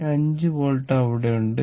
പക്ഷേ 5 വോൾട്ട് അവിടെയുണ്ട്